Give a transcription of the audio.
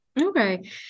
Okay